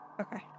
okay